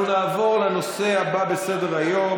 אנחנו נעבור לנושא הבא בסדר-היום,